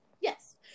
yes